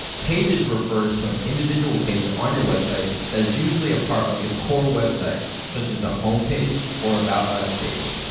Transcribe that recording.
pages refers to an individual page on your website, that is usually part of the core website, such as a home page or about us page.